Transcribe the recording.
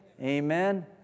Amen